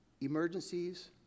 emergencies